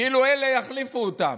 כאילו אלה יחליפו אותם,